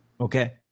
okay